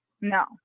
No